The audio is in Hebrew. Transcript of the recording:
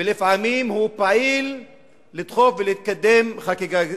ולפעמים הוא פעיל לדחוף ולקדם חקיקה גזענית.